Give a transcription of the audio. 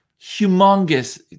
humongous